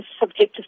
subjective